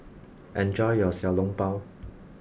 enjoy your Xiao Long Bao